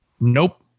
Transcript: Nope